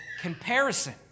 comparison